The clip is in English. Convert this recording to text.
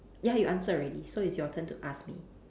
ya you answered already so it's your turn to ask me